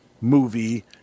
movie